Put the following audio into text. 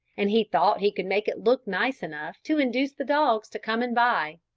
and he thought he could make it look nice enough to induce the dogs to come and buy.